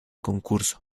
concurso